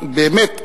באמת,